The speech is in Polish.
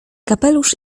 kapelusz